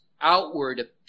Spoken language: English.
outward